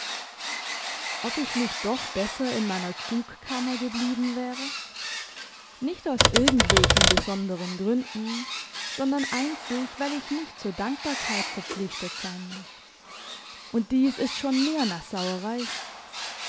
ob ich nicht doch besser in meiner krugkammer geblieben wäre nicht aus irgend welchen besonderen gründen sondern einzig weil ich nicht zur dankbarkeit verpflichtet sein mag und dies ist schon mehr nassauerei